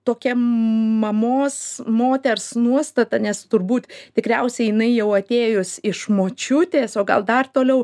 tokia mamos moters nuostata nes turbūt tikriausiai jinai jau atėjus iš močiutės o gal dar toliau